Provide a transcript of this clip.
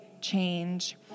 change